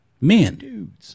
men